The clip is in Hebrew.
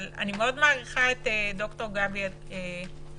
אני מאוד מעריכה את ד"ר גבי אדמון,